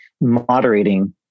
moderating